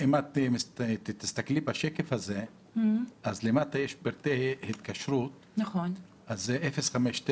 אם תסתכלי בשקף הזה, למטה יש פרטי התקשרות: 059,